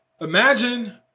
Imagine